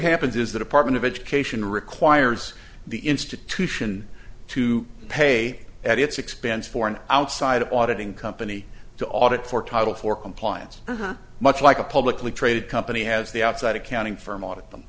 happens is the department of education requires the institution to pay at its expense for an outside audit in company to audit for title for compliance much like a publicly traded company has the outside accounting firm audit them